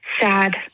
sad